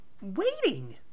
Waiting